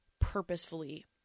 purposefully